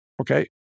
Okay